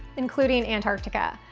including antarctica.